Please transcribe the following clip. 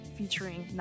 featuring